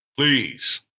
Please